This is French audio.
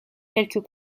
quelques